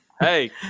hey